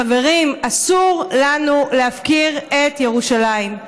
חברים, אסור לנו להפקיר את ירושלים,